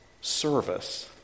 service